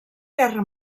guerra